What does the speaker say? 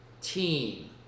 team